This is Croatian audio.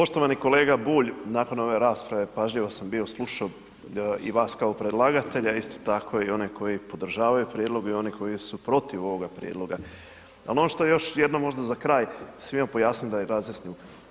Poštovani kolega Bulj, nakon ove rasprave pažljivo sam bio slušao i vas kao predlagatelja, isto tako i one koji podržavaju prijedlog i one koji su protiv ovoga prijedloga ali ono što još jednom možda za kraj svima pojasnit da im razjasnim.